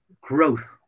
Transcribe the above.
growth